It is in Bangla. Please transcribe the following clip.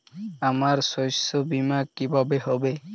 আমার শস্য বীমা কিভাবে হবে?